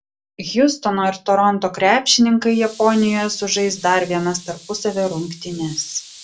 hjustono ir toronto krepšininkai japonijoje sužais dar vienas tarpusavio rungtynes